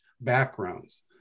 backgrounds